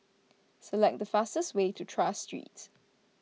select the fastest way to Tras Streets